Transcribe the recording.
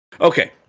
Okay